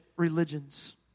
religions